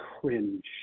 cringe